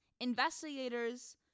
Investigators